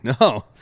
no